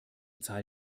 zahl